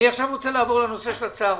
עכשיו אני רוצה לעבור לנושא של הצהרונים.